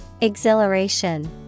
Exhilaration